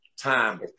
time